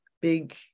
big